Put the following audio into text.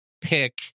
pick